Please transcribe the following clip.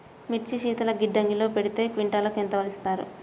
మిర్చి శీతల గిడ్డంగిలో పెడితే క్వింటాలుకు ఎంత ఇస్తారు?